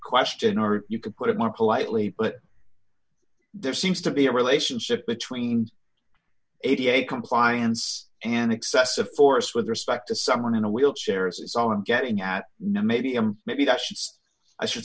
question or you could put it more politely but there seems to be a relationship between eighty eight compliance and excessive force with respect to someone in a wheelchair is all i'm getting at no maybe i'm maybe i should i should